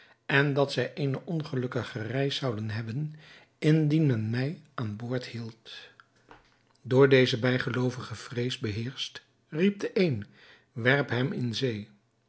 en dat zij eene ongelukkige reis zouden hebben indien men mij aan boord hield door deze bijgeloovige vrees beheerscht riep de een werp hem in zee